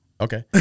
Okay